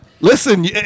Listen